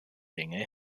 dinge